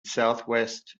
southwest